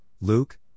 Luke